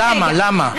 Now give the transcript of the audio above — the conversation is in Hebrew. למה למה?